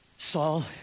Saul